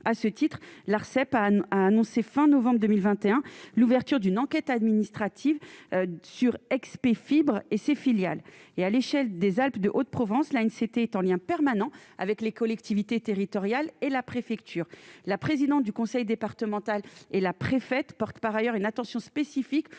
à ce titre, l'Arcep a annoncé fin novembre 2021, l'ouverture d'une enquête administrative sur expect fibres et ses filiales et à l'échelle des Alpes de Haute-Provence là une société est en lien permanent avec les collectivités territoriales et la préfecture, la présidente du conseil départemental et la préfète porte par ailleurs une attention spécifique